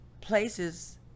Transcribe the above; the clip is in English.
places